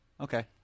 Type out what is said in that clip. okay